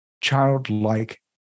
Childlike